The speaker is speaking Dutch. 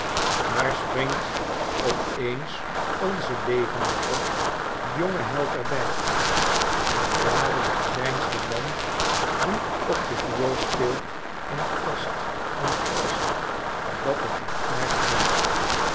daar springt op eens onze levendige jonge held er by en dadelijk grijnst de man die op de viool speelt en krast en krast dat het een aard heeffc